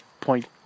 point